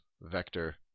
vector